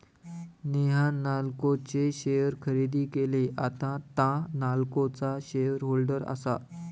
नेहान नाल्को चे शेअर खरेदी केले, आता तां नाल्कोचा शेअर होल्डर आसा